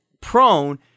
prone